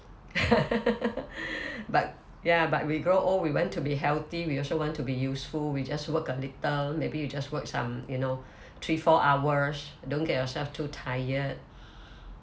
but ya but we grow old we want to be healthy we also want to be useful we just work a little maybe you just work some you know three four hours don't get yourself too tired